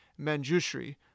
Manjushri